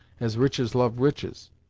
as riches love riches!